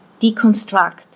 deconstruct